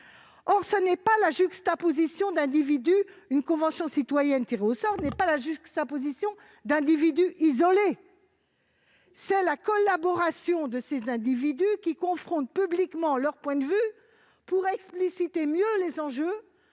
Or une convention citoyenne tirée au sort n'est pas la juxtaposition d'individus isolés, mais la collaboration de ces individus, qui confrontent publiquement leurs points de vue pour mieux expliciter les enjeux